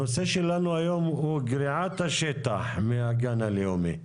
הנושא שלנו היום הוא גריעת השטח מהגן הלאומי.